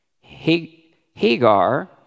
Hagar